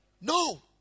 No